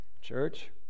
church